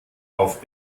auf